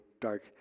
dark